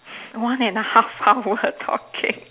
one and a half hour talking